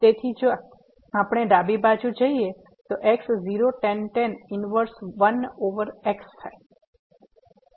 તેથી જો આપણે ડાબી બાજુથી જઈએ તો x 0 tan inverse 1 over x